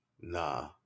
nah